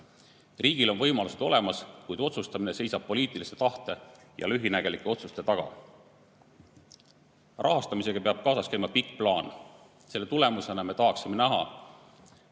Riigil on võimalused olemas, kuid otsustamine seisab poliitilise tahte ja lühinägelike otsuste taga. Rahastamisega peab kaasas käima pikk plaan. Selle tulemusena me tahaksime näha